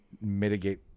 mitigate